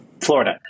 Florida –